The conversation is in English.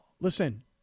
Listen